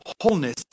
wholeness